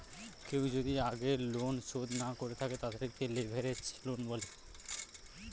কেউ যদি আগের লোন শোধ না করে থাকে, তাদেরকে লেভেরাজ লোন বলে